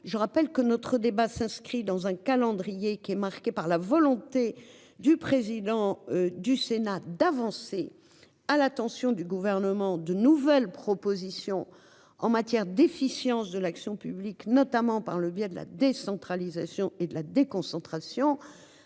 Je rappelle que notre débat s'inscrit dans un calendrier qui est marqué par la volonté du président du Sénat d'avancer à l'attention du gouvernement de nouvelles propositions en matière d'efficience de l'action publique, notamment par le biais de la décentralisation et la déconcentration.